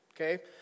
okay